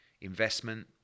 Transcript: investment